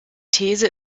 these